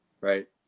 right